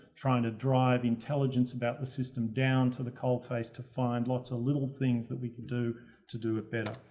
trying to drive intelligence about the system down to the coal face to find lots of little things that we can do to do it better.